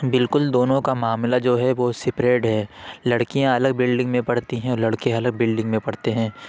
بالکل دونوں کا معاملہ جو ہے وہ سپریڈ ہے لڑکیاں الگ بلڈنگ میں پڑھتی ہیں اور لڑکے الگ بلڈنگ میں پڑھتے ہیں